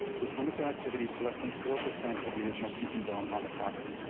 this limits our activities to less than four percent of the original tp zone on the property.